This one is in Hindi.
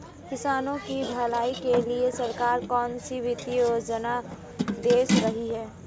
किसानों की भलाई के लिए सरकार कौनसी वित्तीय योजना दे रही है?